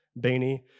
beanie